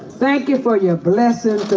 thank you for your